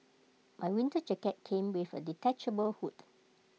my winter jacket came with A detachable hood